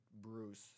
Bruce